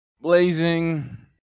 Blazing